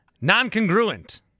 Non-congruent